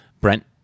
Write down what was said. Brent